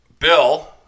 Bill